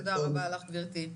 תודה רבה לך, גברתי.